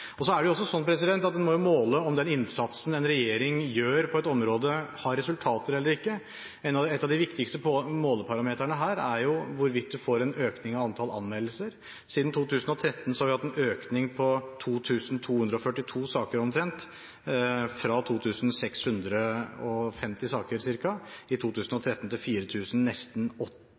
Så er det jo også sånn at man må måle om den innsatsen en regjering gjør på et område, har resultater eller ikke. Et av de viktigste måleparameterne her er hvorvidt man får en økning i antall anmeldelser. Siden 2013 har vi hatt en økning på omtrent 2 242 saker – fra ca. 2 650 saker i 2013 til